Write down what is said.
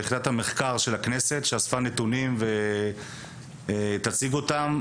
מאת נציג מחלקת המחקר והמידע של הכנסת שאספה נתונים ותציג אותם.